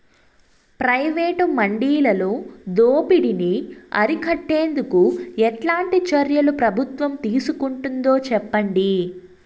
Private మండీలలో దోపిడీ ని అరికట్టేందుకు ఎట్లాంటి చర్యలు ప్రభుత్వం తీసుకుంటుందో చెప్పండి?